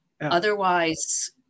Otherwise